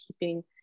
keeping